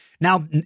Now